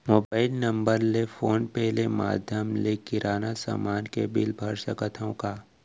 Mobile number ले PhonePe ले माधयम ले किराना समान के बिल भर सकथव का?